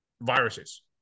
viruses